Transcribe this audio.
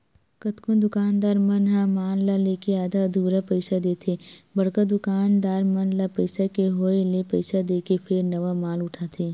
कतकोन दुकानदार मन ह माल ल लेके आधा अधूरा पइसा देथे बड़का दुकानदार मन ल पइसा के होय ले पइसा देके फेर नवा माल उठाथे